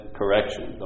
correction